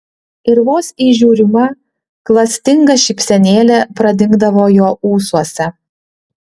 ir vos įžiūrima klastinga šypsenėlė pradingdavo jo ūsuose